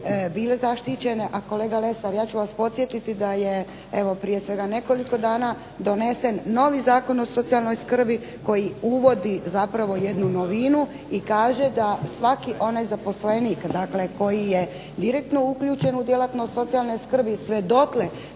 bile zaštićene. A kolega Lesar, ja ću vas podsjetiti da je prije svega nekoliko dana donesen novi Zakon o socijalnoj skrbi koji uvodi zapravo jednu novinu i kaže da svaki onaj zaposlenik dakle koji je direktno uključen u djelatnost socijalne skrbi sve dotle